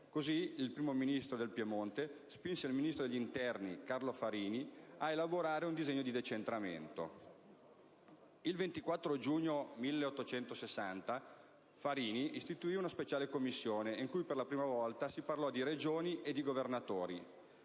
Così, il Primo ministro del Piemonte spinse il Ministro degli interni, Carlo Farini, a elaborare un disegno di decentramento. Il 24 giugno 1860 Farini istituì una speciale commissione in cui, per la prima volta, si parlò di Regioni e di Governatori.